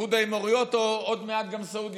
איחוד האמירויות או עוד מעט גם סעודיה,